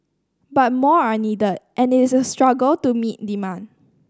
but more are needed and it is a struggle to meet demand